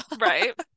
Right